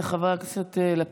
תודה רבה לחבר הכנסת לפיד.